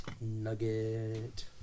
Nugget